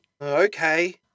Okay